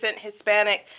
Hispanic